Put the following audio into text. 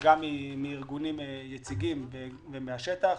גם מארגונים יציגים ומהשטח,